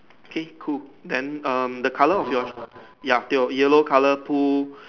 K cool then um the color of your ya tio yellow color Pooh